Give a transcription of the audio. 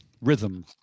Rhythm